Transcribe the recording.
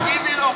תגידי לו.